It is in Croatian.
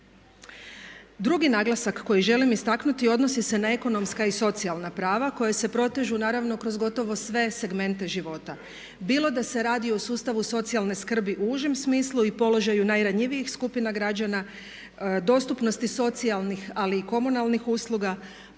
Drugi naglasak koji želim istaknuti odnosi se na ekonomska i socijalna prava koja se protežu naravno kroz gotovo sve segmente života bilo da se radi o sustavu socijalne skrbi u užem smislu i položaju najranjivijih skupina građana, dostupnosti socijalnih ali i komunalnih usluga,